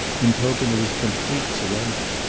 in token of his complete surrender.